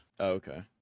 Okay